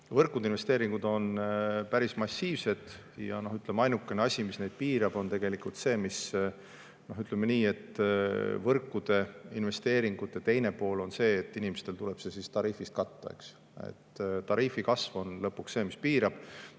võrkudesse on päris massiivsed. Ainukene asi, mis neid piirab, on tegelikult see, mis … Ütleme nii, et võrkude investeeringute teine pool on see, et inimestel tuleb see tariifist katta. Tariifi kasv on lõpuks see, mis piirab.